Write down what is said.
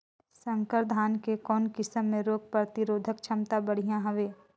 संकर धान के कौन किसम मे रोग प्रतिरोधक क्षमता बढ़िया हवे?